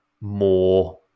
more